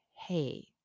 hey